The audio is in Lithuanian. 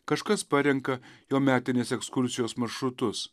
kažkas parenka jo metinės ekskursijos maršrutus